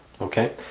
Okay